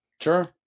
Sure